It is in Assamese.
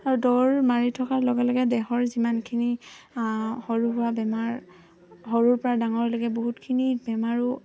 আৰু দৌৰ মাৰি থকাৰ লগে লগে দেহৰ যিমানখিনি সৰু সুৰা বেমাৰ সৰুৰ পৰা ডাঙৰলৈকে বহুতখিনি বেমাৰো